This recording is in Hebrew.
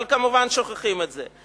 אבל כמובן שוכחים את זה.